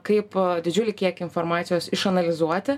kaip didžiulį kiekį informacijos išanalizuoti